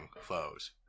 foes